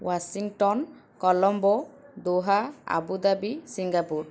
Washington Colombo Doha Abu Dhabi Singapore